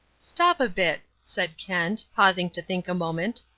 stop a bit, said kent, pausing to think a moment.